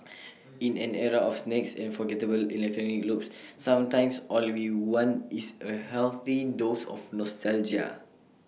in an era of snakes and forgettable electronic loops sometimes all we want is A healthy dose of nostalgia